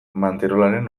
manterolaren